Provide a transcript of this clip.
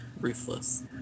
ruthless